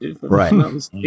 Right